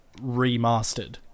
remastered